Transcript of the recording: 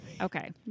Okay